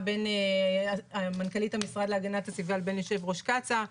בין מנכ"לית המשרד להגנת הסביבה לבין יושב-ראש קצא"א.